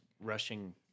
rushing